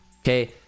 Okay